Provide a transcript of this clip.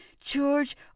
George